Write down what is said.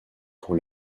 pour